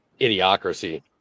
idiocracy